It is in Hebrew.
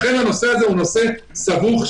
לכן הנושא הזה הוא נושא סבוך.